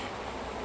அதுவா:athuvaa